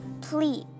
please